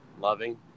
loving